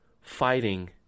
fighting